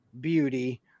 beauty